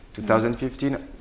2015